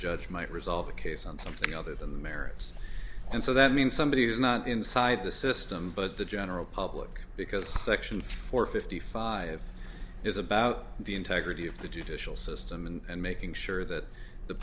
judge might resolve the case on something other than the merits and so that means somebody who's not inside the system but the general public because section four fifty five is about the integrity of the judicial system and making sure that the